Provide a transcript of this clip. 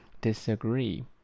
Disagree